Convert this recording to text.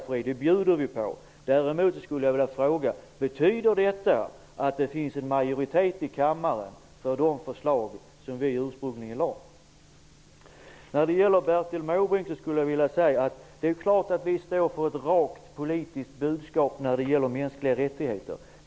Vi bjuder på det, Pierre Schori! Men betyder detta att det finns en majoritet i kammaren för de förslag som vi ursprungligen lade fram? Till Bertil Måbrink vill jag säga följande. Det är klart att vi står för ett rakt politiskt budskap i fråga om mänskliga rättigheter.